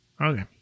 Okay